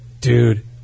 dude